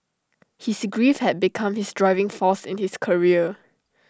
his grief had become his driving force in his career